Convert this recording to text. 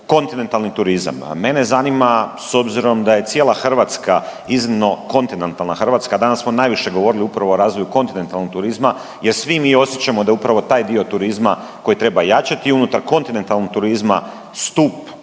kontinentalni turizam. Mene zanima, s obzirom da je cijela Hrvatska iznimno kontinentalna Hrvatska, danas smo najviše govorili upravo o razvoju kontinentalnog turizma jer svi mi osjećamo da je upravo taj dio turizma koji treba jačati i unutar kontinentalnog turizma stup